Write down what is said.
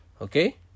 okay